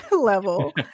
level